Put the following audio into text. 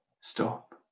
stop